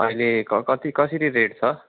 अहिले क कति कसरी रेट छ